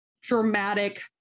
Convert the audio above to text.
dramatic